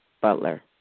Butler